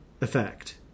effect